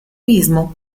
mismo